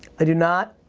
i do not.